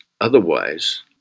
Otherwise